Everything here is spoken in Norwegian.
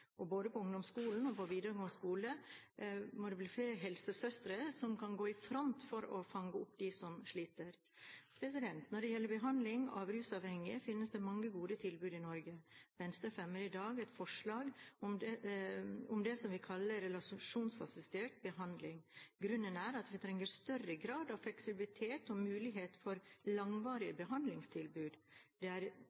det både på ungdomsskolen og på videregående skole bli flere helsesøstre som kan gå i front for å fange opp dem som sliter. Når det gjelder behandling av rusavhengige, finnes det mange gode tilbud i Norge. Venstre fremmer i dag et forslag om det som vi kaller relasjonsassistert behandling. Grunnen er at vi trenger større grad av fleksibilitet og mulighet for langvarige